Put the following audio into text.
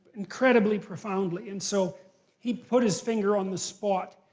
incredibly profoundly, and so he put his finger on the spot.